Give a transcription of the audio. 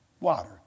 water